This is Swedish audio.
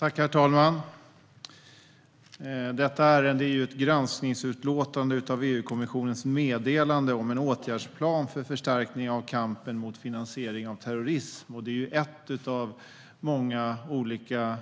Herr talman! Detta ärende är ett granskningsutlåtande om EU-kommissionens meddelande om en åtgärdsplan för förstärkning av kampen mot finansiering av terrorism. Det är ett av många olika